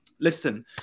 listen